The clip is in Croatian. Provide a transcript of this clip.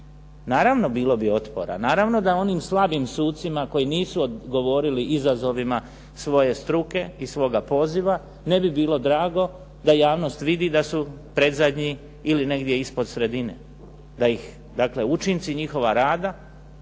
Naravno bilo bi otpora, naravno da onim slabim sucima koji nisu odgovorili izazovima svoje struke, i svoga poziva, ne bi bilo drago da javnost vidi da su predzadnji ili negdje ispod sredine, znači da ih učinci njihova rada